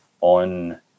on